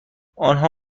آنها